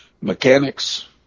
mechanics